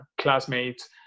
classmates